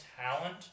talent